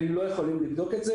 הם לא יכולים לבדוק את זה.